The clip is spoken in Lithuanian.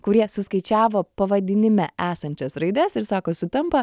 kurie suskaičiavo pavadinime esančias raides ir sako sutampa